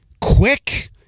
quick